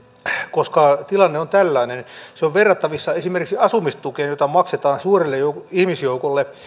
koska tilanne on tällainen se on verrattavissa esimerkiksi asumistukeen jota maksetaan suurelle ihmisjoukolle